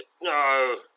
no